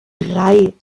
drei